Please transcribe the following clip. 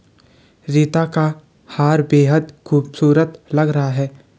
रीता का हार बेहद खूबसूरत लग रहा है